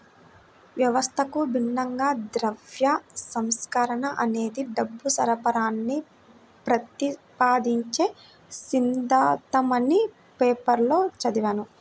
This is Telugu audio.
వ్యవస్థకు భిన్నంగా ద్రవ్య సంస్కరణ అనేది డబ్బు సరఫరాని ప్రతిపాదించే సిద్ధాంతమని పేపర్లో చదివాను